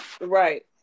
Right